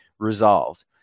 Resolved